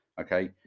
okay